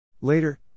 Later